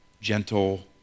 gentle